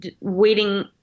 waiting